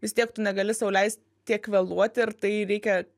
vis tiek tu negali sau leist tiek vėluoti ir tai reikia